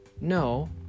No